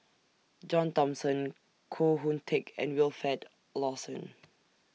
John Thomson Koh Hoon Teck and Wilfed Lawson